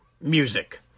music